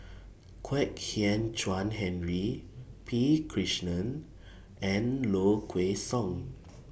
Kwek Hian Chuan Henry P Krishnan and Low Kway Song